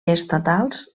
estatals